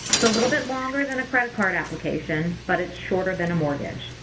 it's a little bit longer than a credit card application but it's shorter than a mortgage.